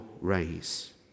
Rays